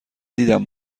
دیدم